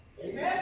Amen